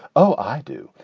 oh, i do.